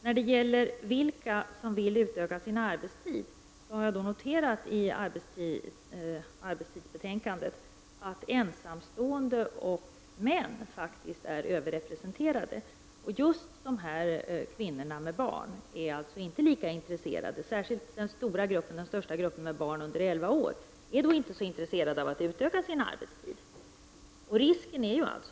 När det gäller vilka som vill utöka sin arbetstid har jag noterat i arbetstidsbetänkandet att ensamstående och män faktiskt är överrepresenterade. Kvinnor med barn — särskilt den största gruppen med barn under elva år — är inte så intresserade av att utöka sin arbetstid.